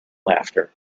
laughter